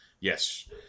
Yes